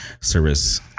service